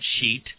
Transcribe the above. sheet